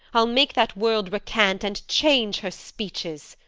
i ll make that world recant, and change her speeches.